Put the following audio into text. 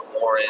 more